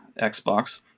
Xbox